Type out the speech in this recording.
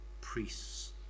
priests